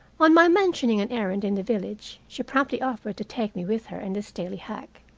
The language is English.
on my mentioning an errand in the village she promptly offered to take me with her in the staley hack.